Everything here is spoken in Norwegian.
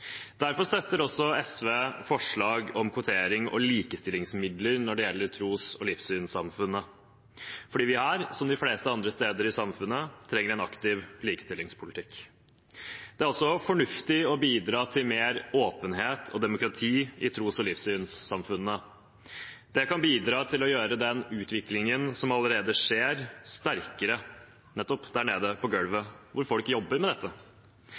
Derfor støtter SV forslag om kvotering og likestillingsmidler når det gjelder tros- og livssynssamfunnene – fordi vi her, som på de fleste andre områder i samfunnet, trenger en aktiv likestillingspolitikk. Det er også fornuftig å bidra til mer åpenhet og demokrati i tros- og livssynssamfunnene. Det kan bidra til å gjøre den utviklingen som allerede skjer, sterkere der nede på gulvet hvor folk jobber med dette.